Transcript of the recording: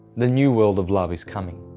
the new world of love is coming.